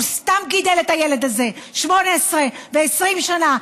הוא סתם גידל את הילד הזה 18 ו-20 שנה,